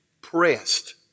pressed